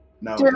No